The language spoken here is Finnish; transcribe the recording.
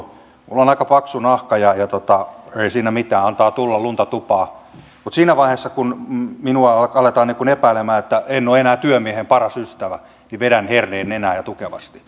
minulla on aika paksu nahka joten ei siinä mitään antaa tulla lunta tupaan mutta siinä vaiheessa kun minua aletaan epäilemään että en ole enää työmiehen paras ystävä niin vedän herneen nenään ja tukevasti